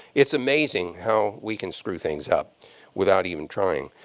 it's amazing how we can screw things up without even trying.